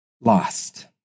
lost